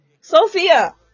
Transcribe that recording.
Sophia